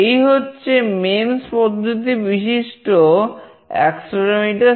এই হচ্ছে MEMS পদ্ধতি বিশিষ্ট অ্যাক্সেলেরোমিটার